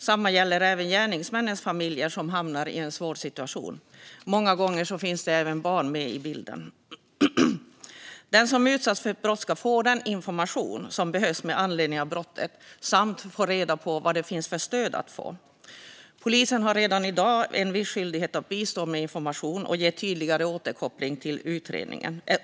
Samma gäller även gärningsmännens familjer, som hamnar i en svår situation. Många gånger finns även barn med i bilden. Den som har utsatts för ett brott ska få den information som behövs med anledning av brottet samt få reda på vilket stöd som finns att få. Polisen har redan i dag en viss skyldighet att bistå med information och ge tydligare återkoppling om utredningen.